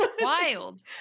Wild